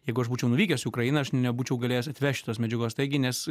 jeigu aš būčiau nuvykęs į ukrainą aš nebūčiau galėjęs atvežti tos medžiagos taigi nes